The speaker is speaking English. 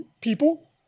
people